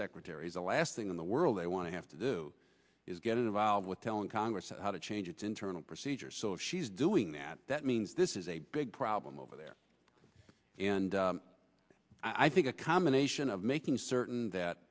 secretaries the last thing in the world they want to have to do is get involved with telling congress how to change its internal procedures so she's doing that that means this is a big problem over there and i think a combination of making certain that